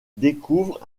découvre